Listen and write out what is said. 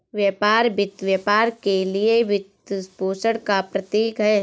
व्यापार वित्त व्यापार के लिए वित्तपोषण का प्रतीक है